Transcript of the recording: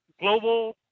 global